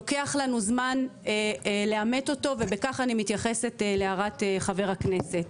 לוקח לנו זמן לאמת אותו ובכך אני מתייחסת להערת חבר הכנסת.